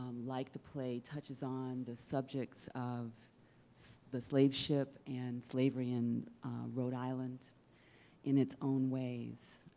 um like the play, touches on the subjects of so the slave ship and slavery in rhode island in its own ways.